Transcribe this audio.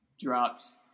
drops